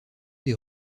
des